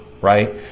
right